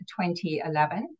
2011